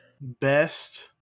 Best